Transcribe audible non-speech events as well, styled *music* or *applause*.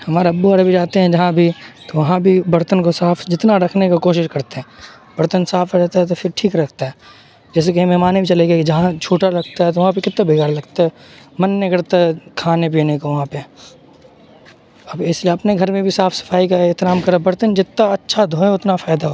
ہمارا ابو *unintelligible* بھی جاتے ہیں جہاں بھی تو وہاں بھی برتن کو صاف جتنا رکھنے کا کوشش کرتے ہیں برتن صاف رہتا ہے تو پھر ٹھیک رہتا ہے جیسے کہ مہمان بھی چلے گئے جہاں جوٹھا لگتا ہے تو وہاں پہ کتا بیکار لگتا ہے من نہیں کرتا ہے کھانے پینے کا وہاں پہ اب اس لیے اپنے گھر میں بھی صاف صفائی کا احترام کریں برتن جتنا اچھا دھویں اتنا فائدہ ہو